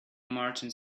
merchant